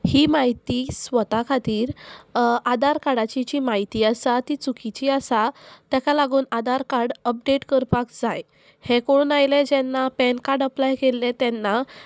ही म्हायती स्वता खातीर आदार कार्डाची जी म्हायती आसा ती चुकीची आसा ताका लागून आदार कार्ड अपडेट करपाक जाय हें कोण आयलें जेन्ना पॅन कार्ड अप्लाय केल्ले तेन्ना